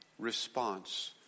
response